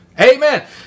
Amen